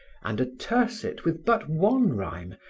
and a tiercet with but one rhyme,